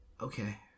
Okay